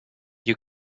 you